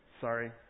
sorry